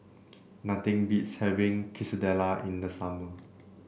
nothing beats having Quesadilla in the summer